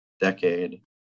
decade